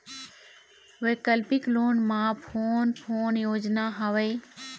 वैकल्पिक लोन मा कोन कोन योजना हवए?